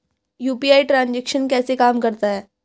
UPI transaction कैसे काम करता है?